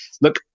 Look